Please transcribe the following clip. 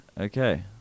Okay